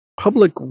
public